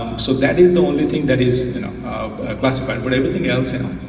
so that is the only thing that is you know ah classified, but everything else and